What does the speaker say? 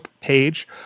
page